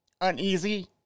uneasy